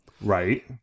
Right